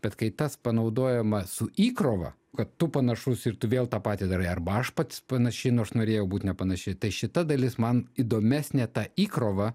bet kai tas panaudojama su įkrova kad tu panašus ir tu vėl tą patį darai arba aš pats panaši nors norėjau būt nepanaši tai šita dalis man įdomesnė ta įkrova